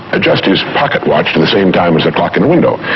adjust his pocket watch to the same time as the clock in the window.